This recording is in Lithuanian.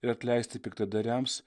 ir atleisti piktadariams